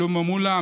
שלמה מולה,